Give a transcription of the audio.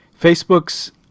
Facebook's